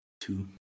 Two